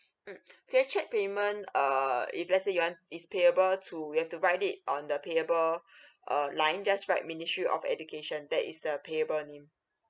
mm via cheque payment err if let's say you want is payable to we have to write it on the payable err line just write ministry of education that is the payable name